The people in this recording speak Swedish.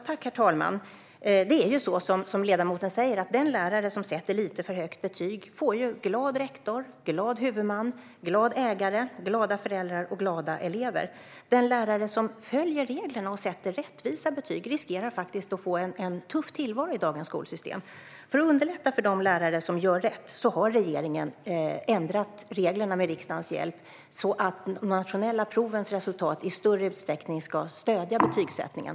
Herr talman! Som ledamoten säger är det så att den lärare som sätter ett lite för högt betyg får en glad rektor, en glad huvudman, en glad ägare, glada föräldrar och glada elever. Den lärare som följer reglerna och sätter rättvisa betyg riskerar faktiskt att få en tuff tillvaro i dagens skolsystem. För att underlätta för de lärare som gör rätt har regeringen med riksdagens hjälp ändrat reglerna så att resultatet från de nationella proven i större utsträckning ska stödja betygsättningen.